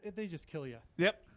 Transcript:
they just kill yeah. yep.